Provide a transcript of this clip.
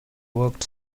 walked